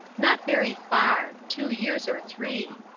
not very far two years or three.